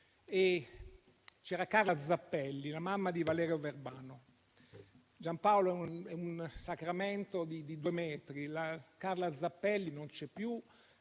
e Carla Zappelli, la mamma di Valerio Verbano. Giampaolo è un "sacramento" di due metri, Carla Zappelli non c'è più,